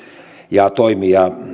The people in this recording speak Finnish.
ja toimia ja